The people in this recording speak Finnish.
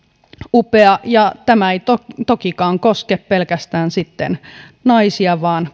upea ja tämä ei tokikaan koske pelkästään naisia vaan